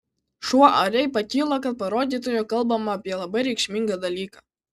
šuo oriai pakilo kad parodytų jog kalbama apie labai reikšmingą dalyką